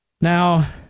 Now